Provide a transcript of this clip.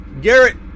Garrett